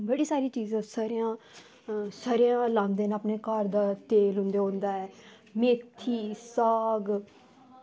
बड़ी सारी चीज़ां सरेआं ते सरेआं लांदे अपने घर दे तेल होंदा ऐ मेथी साग